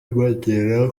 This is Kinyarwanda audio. bagera